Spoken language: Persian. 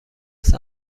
است